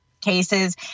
cases